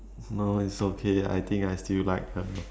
no it's okay I think I still like her